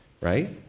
right